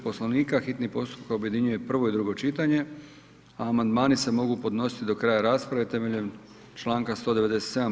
Poslovnika, hitni postupak objedinjuje prvo i drugo čitanje a amandmani se mogu podnositi do kraja rasprave temeljem članka 197.